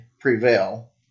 prevail